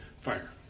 fire